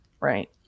right